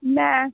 ਮੈਂ